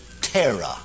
terror